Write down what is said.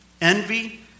envy